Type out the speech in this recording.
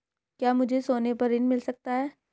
क्या मुझे सोने पर ऋण मिल सकता है?